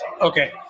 Okay